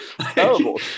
Terrible